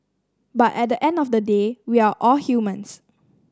but at the end of the day we're all humans